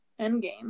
Endgame